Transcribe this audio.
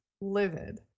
livid